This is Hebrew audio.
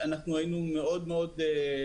אנחנו היינו מאוד מאוד שמחים לשמוע.